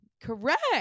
Correct